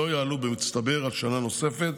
שלא יעלו במצטבר על שנה נוספת,